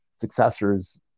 successors